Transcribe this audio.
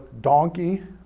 donkey